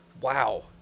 wow